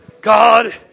God